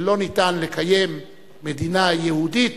שלא ניתן לקיים מדינה יהודית